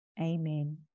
Amen